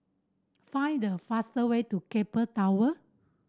find the fastest way to Keppel Tower